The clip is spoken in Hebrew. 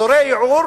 אזורי ייעור